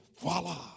voila